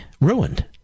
ruined